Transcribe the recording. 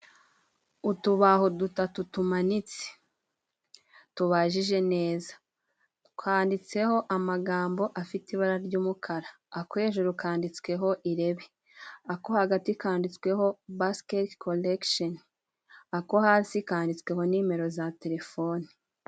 Utubaho dutatu tumanitse tubajije neza twanditseho amagambo afite ibara ry'umukara: ako hejuru kanditsweho irebe, ako hagati kanditsweho basikete kolekishoni, ako hasi kanditsweho nimero za telefoni.